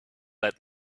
let